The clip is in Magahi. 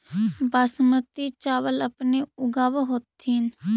बासमती चाबल अपने ऊगाब होथिं?